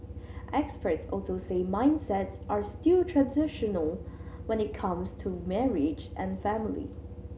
experts also say mindsets are still fairly traditional when it comes to marriage and family